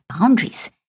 boundaries